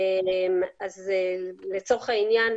לצורך העניין,